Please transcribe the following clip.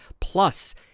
Plus